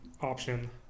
option